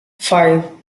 five